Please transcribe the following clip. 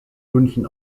münchen